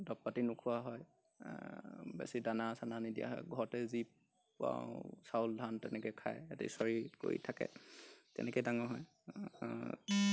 দৰৱ পাতি নোখোৱা হয় বেছি দানা চানা নিদিয়া হয় ঘৰতে যি পাওঁ চাউল ধান তেনেকৈ খায় সিহঁতে চৰি কৰি থাকে তেনেকৈ ডাঙৰ হয়